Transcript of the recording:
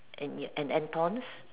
and and and thorns